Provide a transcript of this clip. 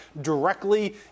directly